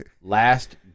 Last